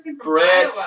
fred